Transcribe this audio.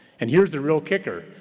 and here's the real kicker,